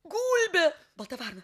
gulbė balta varna